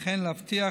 וכן להבטיח